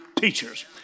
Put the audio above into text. teachers